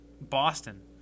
Boston